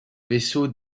vaisseau